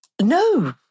No